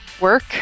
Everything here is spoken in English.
Work